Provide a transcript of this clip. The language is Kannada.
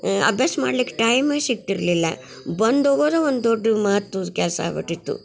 ಅಭ್ಯಾದ ಮಾಡ್ಲಿಕ್ಕೆ ಟೈಮೆ ಸಿಕ್ತಿರಲಿಲ್ಲ ಬಂದು ಹೋಗೋದ ಒಂದು ದೊಡ್ಡು ಮಾತುದ ಕೆಲಸ ಆಗ್ಬಿಟ್ಟಿತ್ತು